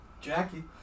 Jackie